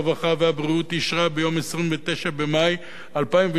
הרווחה והבריאות אישרה ביום 29 במאי 2012,